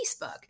Facebook